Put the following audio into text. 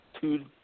two